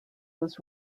was